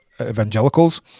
evangelicals